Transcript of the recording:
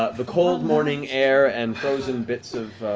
ah the cold morning air and frozen bits of